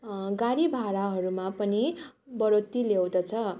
गाडी भाडाहरूमा पनि बढोतरी ल्याउँदछ